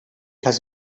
has